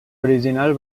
original